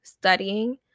studying